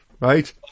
right